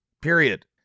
Period